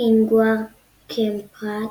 אינגוואר קמפראד,